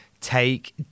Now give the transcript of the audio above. take